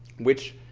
which